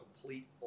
complete